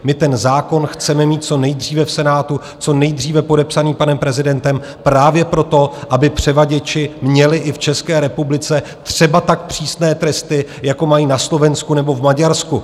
My ten zákon chceme mít co nejdříve v Senátu, co nejdříve podepsaný panem prezidentem, právě proto, aby převaděči měli i v České republice třeba tak přísné tresty, jako mají na Slovensku nebo v Maďarsku.